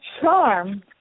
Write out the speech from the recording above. charm